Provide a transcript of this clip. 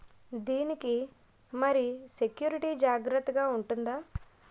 దీని కి మరి సెక్యూరిటీ జాగ్రత్తగా ఉంటుందా?